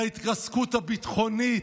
על ההתרסקות הביטחונית,